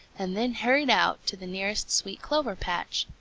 and then hurried out to the nearest sweet-clover patch.